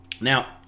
Now